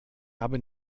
habe